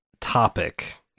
topic